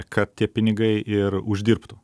kad tie pinigai ir uždirbtų